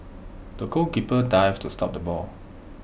the goalkeeper dived to stop the ball